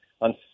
on